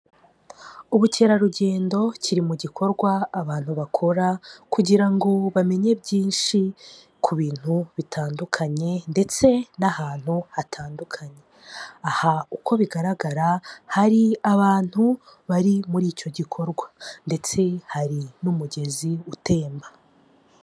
Ubukerarugendo kiri mu gikorwa abantu bakora kugira ngo bamenye byinshi ku bintu bitandukanye ndetse n'ahantu hatandukanye. Aha uko bigaragara hari abantu bari muri icyo gikorwa ndetse hari n'umugezi utemba.